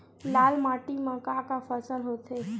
लाल माटी म का का फसल होथे?